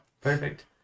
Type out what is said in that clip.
Perfect